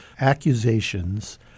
accusations